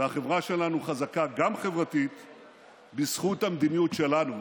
והחברה שלנו חזקה בזכות המדיניות שלנו.